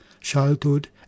childhood